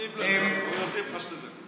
תוסיף לו שתי דקות.